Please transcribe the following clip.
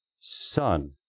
son